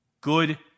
good